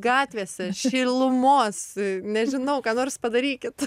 gatvėse šilumos nežinau ką nors padarykit